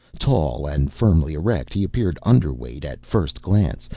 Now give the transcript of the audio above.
tall and firmly erect, he appeared underweight at first glance,